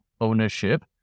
ownership